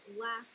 last